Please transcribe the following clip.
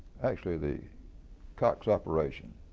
actually the cox operation